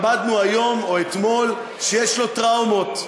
למדנו היום, או אתמול, שיש לו טראומות.